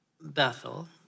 Bethel